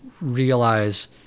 realize